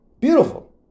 Beautiful